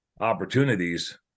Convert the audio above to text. opportunities